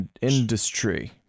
industry